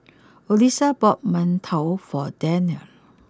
Odessa bought Mantou for Daren